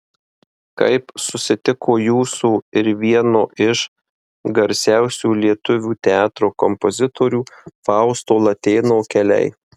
kaip susitiko jūsų ir vieno iš garsiausių lietuvių teatro kompozitorių fausto latėno keliai